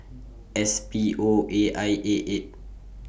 S P O A I eight eight